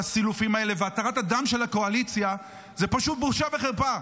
הסילופים האלה והתרת הדם של הקואליציה זה פשוט בושה וחרפה.